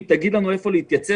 אם תגיד לנו איפה להתייצב,